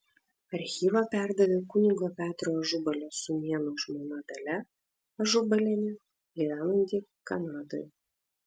archyvą perdavė kunigo petro ažubalio sūnėno žmona dalia ažubalienė gyvenanti kanadoje